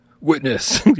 Witness